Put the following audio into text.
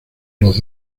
los